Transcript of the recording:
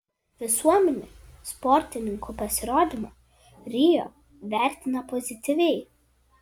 visuomenė sportininkų pasirodymą rio vertina pozityviai